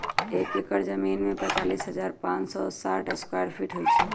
एक एकड़ जमीन में तैंतालीस हजार पांच सौ साठ स्क्वायर फीट होई छई